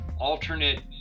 alternate